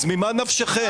אז ממה נפשכם?